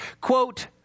Quote